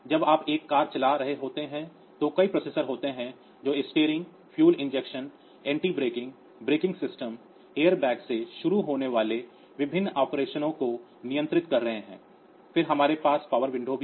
जब आप एक कार चला रहे होते हैं तो कई प्रोसेसर होते हैं जो steering fuel injection anti brake braking system airbag से शुरू होने वाले विभिन्न ऑपरेशनों को नियंत्रित कर रहे हैं फिर हमारे पास पावर विंडो भी हैं